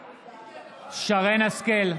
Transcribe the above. השכל,